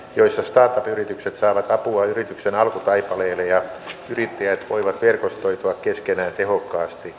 jos ostaa yritykset saavat apua yrityksen alkutaipale irja yrittäjät voivat verkostoitua keskenään tehokkaasti